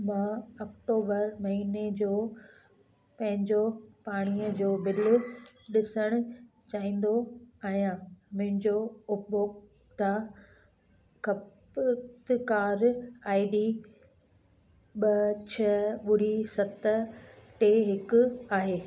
मां अक्टूबर महिने जो पंहिंजो पाणीअ जो बिल ॾिसणु चाहींदो आहियां मुंहिंजो उपभोक्ता खपतकार आई डी ॿ छह ॿुड़ी सत टे हिकु आहे